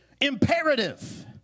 imperative